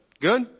good